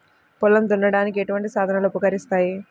పొలం దున్నడానికి ఎటువంటి సాధనలు ఉపకరిస్తాయి?